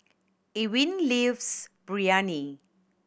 Ewin lives Biryani